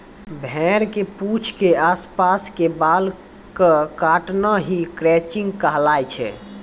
भेड़ के पूंछ के आस पास के बाल कॅ काटना हीं क्रचिंग कहलाय छै